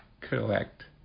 collect